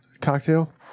cocktail